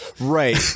Right